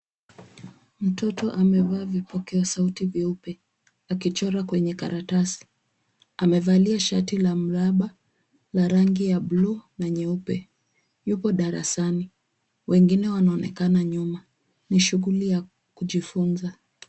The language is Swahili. Mtoto amevaa vipokea sauti vyeupe akichora kwenye karatasi. Amevalia shati la mraba la rangi ya buluu na nyeupe. Yupo darasani. Wengine wanaonekana nyuma. Ni shughuli ya kujifunza.